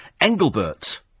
Engelbert